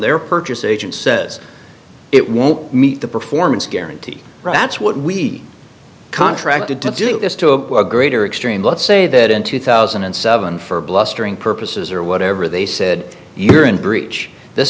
their purchase agency says it won't meet the performance guarantee ratz what we contracted to do is to a greater extreme let's say that in two thousand and seven for blustering purposes or whatever they said you're in breach this